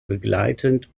begleitend